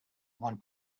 one